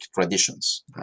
traditions